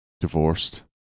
Divorced